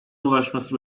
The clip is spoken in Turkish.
ulaşması